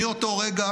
מאותו רגע